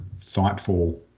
thoughtful